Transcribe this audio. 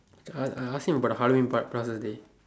Macha I ask him but Halloween part plus us dey